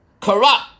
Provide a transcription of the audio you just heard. corrupt